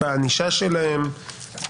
בענישה שלהם.